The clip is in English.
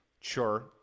sure